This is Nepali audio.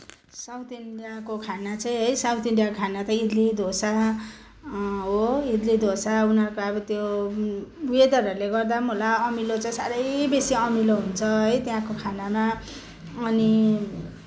साउथ इन्डियाको खाना चाहिँ है साउथ इन्डियाको खाना चाहिँ इडली डोसा हो इडली डोसा उनीहरूको अब त्यो वेदरहरूले गर्दा पनि होला अमिलो चाहिँ साह्रै बेसी अमिलो हुन्छ है त्यहाँको खानामा अनि